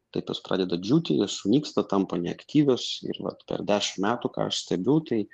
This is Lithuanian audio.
tai tos pradeda džiūti jos sunyksta tampa neaktyvios ir vat per dešim metų ką aš stebiu tai